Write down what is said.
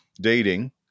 dating